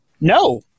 no